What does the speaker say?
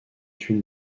une